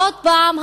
עוד פעם,